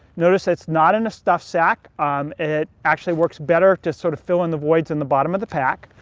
notice it's not in a stuffed sack. um it actually works better to sort of fill in the voids in the bottom of the pack.